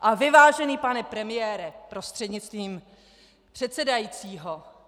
A vy, vážený pane premiére prostřednictvím předsedajícího.